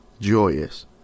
joyous